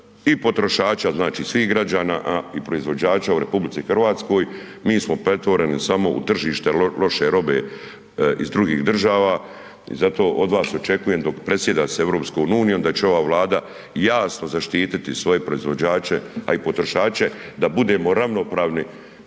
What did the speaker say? i potrošača, znači svih građana i proizvođača u RH, mi smo pretvoreni samo u tržište loše robe iz drugih država i zato od vas očekujem dok predsjeda se EU da će ova Vlada jasno zaštititi svoje proizvođače, a i potrošače da budemo ravnopravni